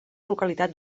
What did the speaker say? localitat